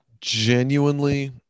Genuinely